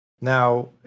Now